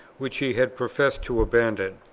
which he had professed to abandon.